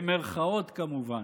במירכאות, כמובן.